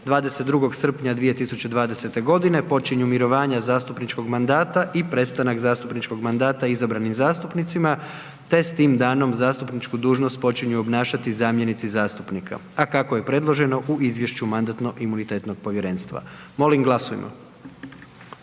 22. srpnja 2020. g. počinju mirovanja zastupničkog mandata i prestanak zastupničkog mandata izabranim zastupnicima te s tim danom zastupničku dužnost počinju obnašati zamjenici zastupnika a kako je predloženo u izvješću Mandatno-imunitetnog povjerenstva, molim glasujmo.